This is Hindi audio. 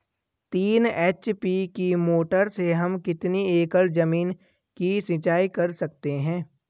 तीन एच.पी की मोटर से हम कितनी एकड़ ज़मीन की सिंचाई कर सकते हैं?